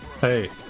Hey